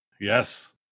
Yes